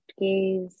gaze